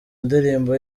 ndirimbo